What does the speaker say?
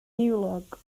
niwlog